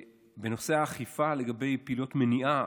בנושא האכיפה לגבי פעילות מניעה,